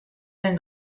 den